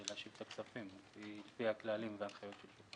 להשיב את הכספים על פי הכללים והנחיות שוק ההון.